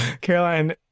Caroline